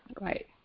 Right